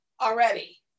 already